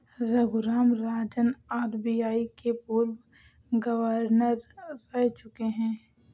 Raghuram Rajan RBI के पूर्व governor रह चुके हैं